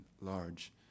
large